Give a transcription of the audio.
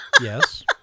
Yes